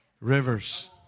rivers